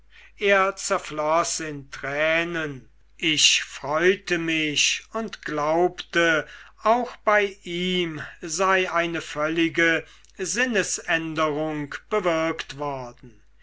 er zerfloß in tränen ich freute mich und glaubte auch bei ihm sei eine völlige sinnesänderung bewirkt worden